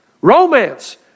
Romance